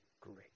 great